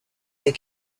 des